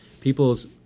people's